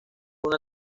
una